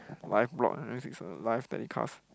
live blog is a live telecast